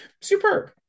Superb